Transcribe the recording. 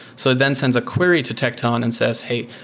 so then sends a query to tecton and says, hey,